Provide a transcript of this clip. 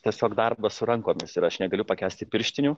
tiesiog darbas rankomis ir aš negaliu pakęsti pirštinių